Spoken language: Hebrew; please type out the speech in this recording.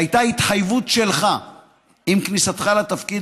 שהיה התחייבות שלך עם כניסתך לתפקיד,